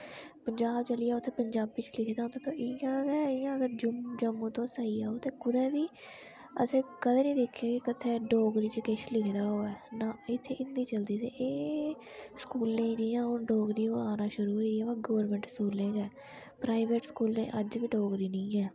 पंजाब चली जाओ ते उत्थै पंजाबी च लिखे दा होंदा ते जि'यां तुस जम्मू आई जाओ ते कुदै बी असें कदें कुदै निं दिक्खेआ कि कुदै डोगरी च किश लिखे दा होऐ नां इत्थै हिंदी चलदी ते एह् हून स्कूलें च जि'यां हून डोगरी आना शुरू होई ब गौरमेंट स्कूलें गै प्राईवेट स्कूलें अज्ज बी डोगरी निं ऐ